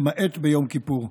למעט ביום כיפור.